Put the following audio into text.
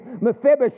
Mephibosheth